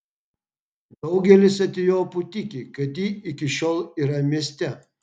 daugelis etiopų tiki kad ji iki šiol yra mieste